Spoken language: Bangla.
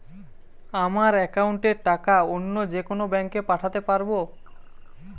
আমার একাউন্টের টাকা অন্য যেকোনো ব্যাঙ্কে পাঠাতে পারব?